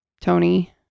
tony